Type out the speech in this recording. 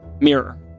mirror